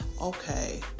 okay